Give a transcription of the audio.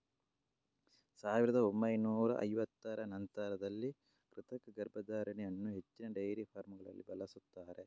ಸಾವಿರದ ಒಂಬೈನೂರ ಐವತ್ತರ ನಂತರದಲ್ಲಿ ಕೃತಕ ಗರ್ಭಧಾರಣೆ ಅನ್ನು ಹೆಚ್ಚಿನ ಡೈರಿ ಫಾರ್ಮಗಳಲ್ಲಿ ಬಳಸ್ತಾರೆ